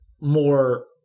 more